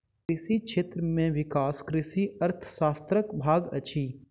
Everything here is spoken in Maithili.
कृषि क्षेत्र में विकास कृषि अर्थशास्त्रक भाग अछि